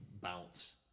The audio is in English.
bounce